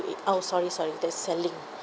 it oh sorry sorry that's selling